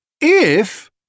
if—